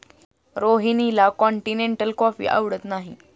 रोहिणीला continental coffee आवडत नाही